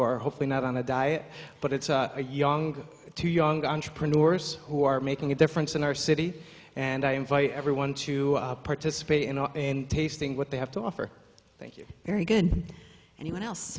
are hopefully not on a diet but it's a young two young entrepreneurs who are making a difference in our city and i invite everyone to participate in our tasting what they have to offer thank you very good an